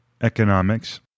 economics